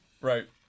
Right